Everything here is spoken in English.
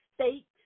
State